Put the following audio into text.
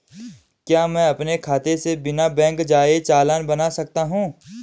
क्या मैं अपने खाते से बिना बैंक जाए चालान बना सकता हूँ?